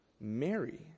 Mary